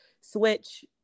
switch